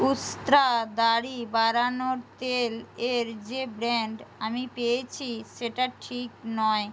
উস্ত্রা দাড়ি বাড়ানোর তেল এর যে ব্র্যান্ড আমি পেয়েছি সেটা ঠিক নয়